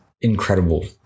incredible